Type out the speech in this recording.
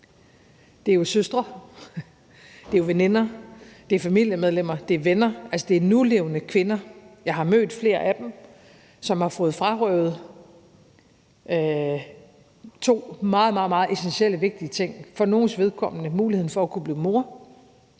det er jo søstre, det er veninder, det er det er familiemedlemmer, det er venner; det er nulevende kvinder. Jeg har mødt flere af dem, som har fået frarøvet to meget essentielle og vigtige ting – for nogles vedkommende muligheden for at kunne blive mor